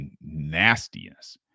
nastiness